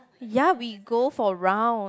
ya we go for round